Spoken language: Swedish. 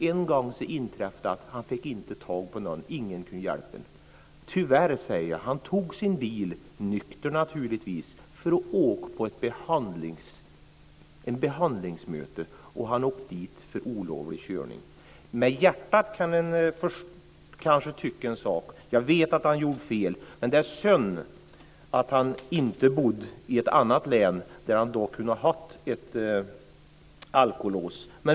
En gång inträffade det att han inte fick tag på någon. Ingen kunde hjälpa honom. Tyvärr tog han sin bil - nykter, naturligtvis - för att åka till ett behandlingsmöte. Han åkte dit för olovlig körning. Med hjärtat kan man kanske tycka en sak. Jag vet att han gjorde fel. Men det är synd att han inte bodde i ett annat län, där han kunde ha fått ett alkolås.